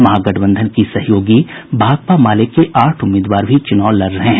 महागठबंधन की सहयोगी भाकपा माले के आठ उम्मीदवार भी चुनाव लड़ रहे हैं